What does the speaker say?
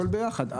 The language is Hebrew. הכול ביחד.